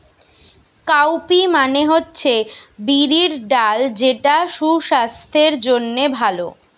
cowpea মানে হচ্ছে বিরির ডাল যেটা সুসাস্থের জন্যে ভালো